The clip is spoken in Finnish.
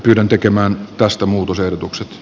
pyydän tekemään tästä muutosehdotukset